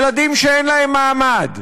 ילדים שאין להם מעמד,